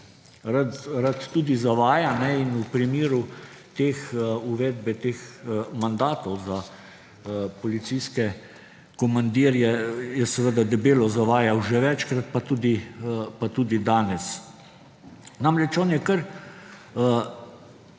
rad tudi zavaja in v primeru uvedbe teh mandatov za policijske komandirje je seveda debelo zavajal že večkrat, pa tudi danes. Namreč, on je kar